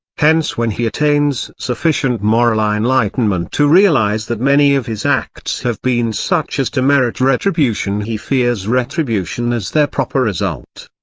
hence when he attains sufficient moral enlightenment to realise that many of his acts have been such as to merit retribution he fears retribution as their proper result.